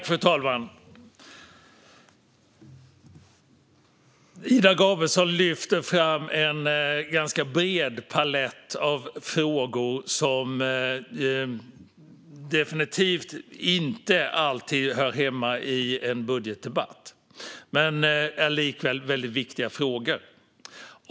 Fru talman! Ida Gabrielsson lyfter fram en ganska bred palett av frågor som definitivt inte alltid hör hemma i en budgetdebatt men likväl är viktiga frågor.